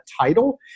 title